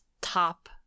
top